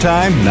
Time